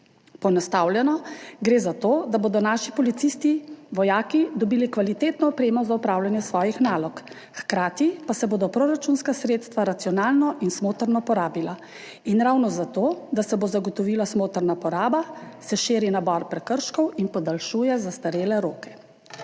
Poenostavljeno – gre za to, da bodo naši policisti, vojaki dobili kvalitetno opremo za opravljanje svojih nalog, hkrati pa se bodo proračunska sredstva racionalno in smotrno porabila. In ravno zato, da se bo zagotovila smotrna poraba, se širi nabor prekrškov in podaljšuje zastarele roke.